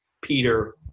Peter